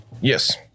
Yes